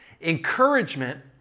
encouragement